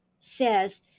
says